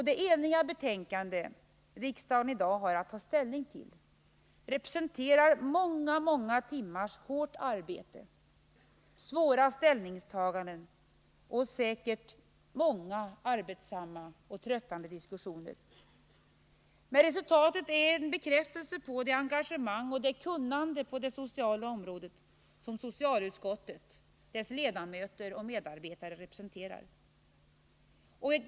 Det eniga betänkande som riksdagen i dag har att ta ställning till representerar många, många timmars hårt arbete, svåra ställningstaganden och säkert åtskilliga arbetsamma och tröttande diskussioner. Men resultatet är en bekräftelse på det engagemang och det kunnande på det sociala området som socialutskottet, dess ledamöter och medarbetare, representerar.